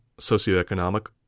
socioeconomic